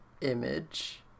image